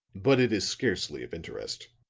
but it is scarcely of interest.